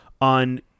on